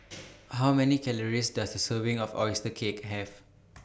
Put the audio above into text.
How Many Calories Does A Serving of Oyster Cake Have